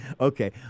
Okay